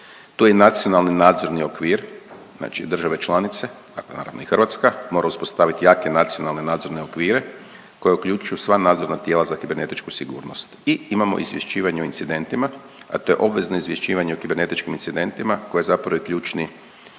Tu je i nacionalni nadzorni okvir, znači države članice, dakle naravno i Hrvatska, mora uspostaviti jake nacionalne nadzorne okvire koji uključuju sva nadzorna tijela za kibernetičku sigurnost. I imamo izvješćivanje o incidentima, a to je obvezno izvješćivanje o kibernetičkim incidentima koje zapravo je ključni,